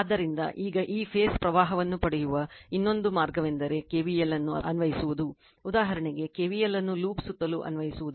ಆದ್ದರಿಂದ ಈಗ ಈ ಫೇಸ್ ಪ್ರವಾಹವನ್ನು ಪಡೆಯುವ ಇನ್ನೊಂದು ಮಾರ್ಗವೆಂದರೆ KVL ಅನ್ನು ಅನ್ವಯಿಸುವುದು ಉದಾಹರಣೆಗೆ KVL ಅನ್ನು ಲೂಪ್ ಸುತ್ತಲೂ ಅನ್ವಯಿಸುವುದು